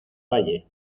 valle